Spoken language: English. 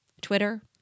Twitter